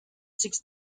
six